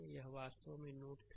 तो यह वास्तव में यह नोड 3 है